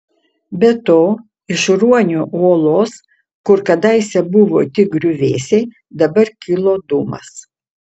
be to iš ruonio uolos kur kadaise buvo tik griuvėsiai dabar kilo dūmas